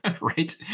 Right